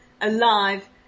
alive